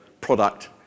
product